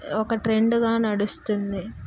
ఒక ట్రెండ్గా నడుస్తుంది